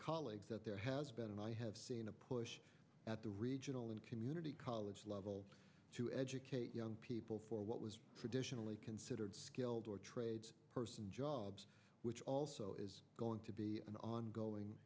colleagues that there has been and i have seen a push at the regional and community college level to educate young people for what was for additional a considered skilled or trade person jobs which also is going to be an ongoing